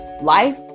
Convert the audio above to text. life